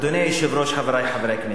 אדוני היושב-ראש, חברי חברי הכנסת,